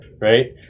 right